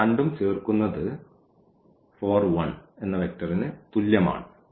അവ രണ്ടും ചേർക്കുന്നത് 4 1 ന് തുല്യമാണ്